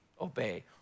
obey